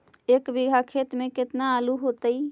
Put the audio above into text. एक बिघा खेत में केतना आलू होतई?